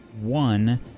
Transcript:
one